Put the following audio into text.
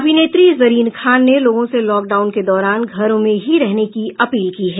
अभिनेत्री जरीन खान ने लोगों से लॉकडाउन के दौरान घरों में ही रहने की अपील की है